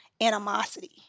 animosity